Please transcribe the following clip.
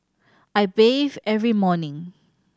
I bathe every morning